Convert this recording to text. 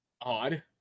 odd